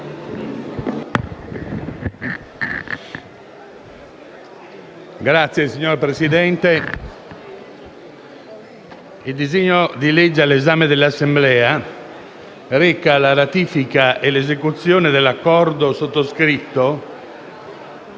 *relatore*. Signor Presidente, il disegno di legge all'esame dell'Assemblea reca ratifica ed esecuzione dell'accordo sottoscritto